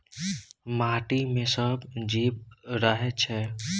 माटि मे सब जीब रहय छै